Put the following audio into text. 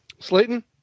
Slayton